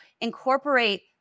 incorporate